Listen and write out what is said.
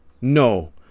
No